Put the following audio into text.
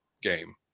game